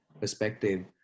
perspective